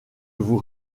vous